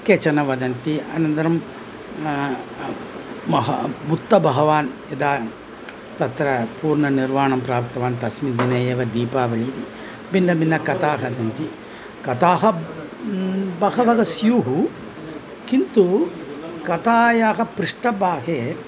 केचन वदन्ति अनन्तरं बुद्धभगवान् यदा तत्र पूर्णनिर्वाणं प्राप्तवान् तस्मिन् दिने एव दीपावली भिन्नभिन्नकथा सन्ति कथाः बहवः स्युः किन्तु कथायाः पृष्ठभागे